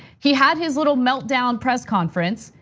he had his little melt down press conference.